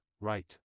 right